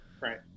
right